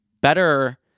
better